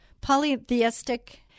polytheistic